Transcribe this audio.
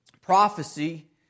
Prophecy